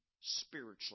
spiritually